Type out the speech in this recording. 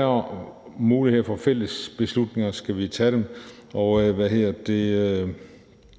er mulighed for fælles beslutninger, og så skal vi tage dem.